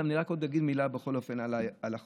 אני רק עוד אגיד מילה בכל אופן על החוסר,